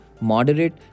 moderate